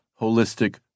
holistic